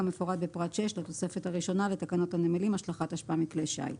כמפורט בפרט (6) לתוספת הראשונה לתקנות הנמלים השלכת אשפה מכלי שיט.